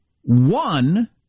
One